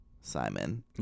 Simon